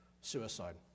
suicide